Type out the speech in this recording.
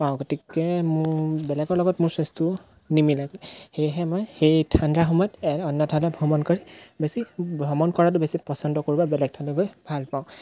পাওঁ গতিকে মোৰ বেলেগৰ লগত মোৰ চইজটো নিমিলে সেয়েহে মই সেই ঠাণ্ডা সময়ত অন্য ঠাই ভ্ৰমণ কৰি বেছি ভ্ৰমণ কৰাটো বেছি পচন্দ কৰোঁ বা বেলেগ ঠাইলৈ গৈ ভাল পাওঁ